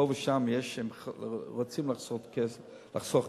פה ושם רוצים לחסוך כסף,